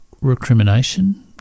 recrimination